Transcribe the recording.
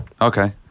Okay